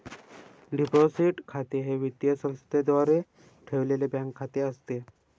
deposit खाते हे वित्तीय संस्थेद्वारे ठेवलेले बँक खाते असते